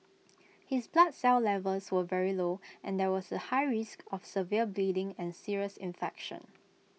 his blood cell levels were very low and there was A high risk of severe bleeding and serious infection